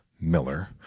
miller